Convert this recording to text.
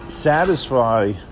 satisfy